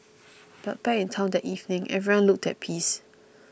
but back in town that evening everyone looked at peace